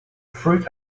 fruit